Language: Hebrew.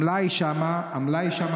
המלאי שם נגמר.